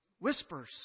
Whispers